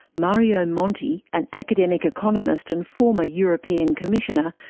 mario monti, an academic economist and former european commissioner,